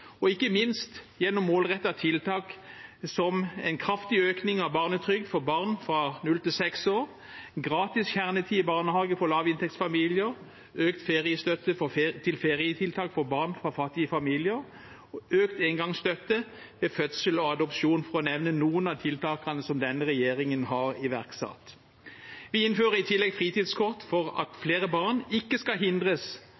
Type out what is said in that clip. og ikke minst gjennom målrettede tiltak som en kraftig økning i barnetrygd for barn fra 0 til 6 år, gratis kjernetid i barnehage for barn i lavinntektsfamilier, økt feriestøtte til ferietiltak for barn fra fattige familier og økt engangsstøtte ved fødsel og adopsjon, for å nevne noen av tiltakene som denne regjeringen har iverksatt. Vi innfører i tillegg fritidskort for at